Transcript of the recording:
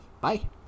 Bye